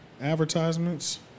advertisements